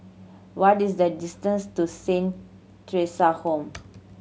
what is the distance to Saint Theresa Home